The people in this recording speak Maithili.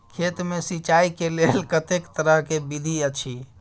खेत मे सिंचाई के लेल कतेक तरह के विधी अछि?